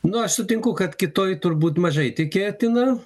nu aš sutinku kad kitoj turbūt mažai tikėtina